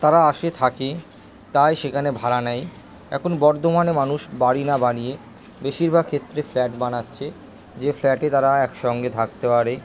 তারা আসে থাকে তাই সেখানে ভাড়া নেয় এখন বর্ধমানে মানুষ বাড়ি না বানিয়ে বেশিরভাগ ক্ষেত্রে ফ্ল্যাট বানাচ্ছে যে ফ্ল্যাটে তারা একসঙ্গে থাকতে পারে